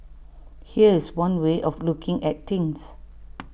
here's one way of looking at things